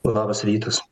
labas rytas